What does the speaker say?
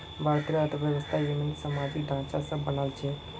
भारतेर अर्थव्यवस्था ययिंमन सामाजिक ढांचा स बनाल छेक